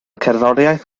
cerddoriaeth